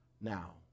now